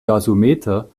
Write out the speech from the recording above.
gasometer